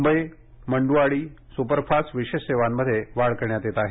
Mumbai Manduadih superfast विशेष सेवांमध्ये वाढ करण्यात येत आहे